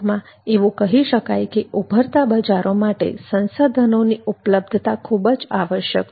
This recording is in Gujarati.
ટૂંકમાં એવું કહી શકાય કે ઉભરતા બજારો માટે સંસાધનોની ઉપલબ્ધતા ખૂબ જ આવશ્યક છે